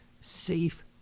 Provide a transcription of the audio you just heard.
safe